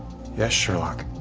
yes, sherlock.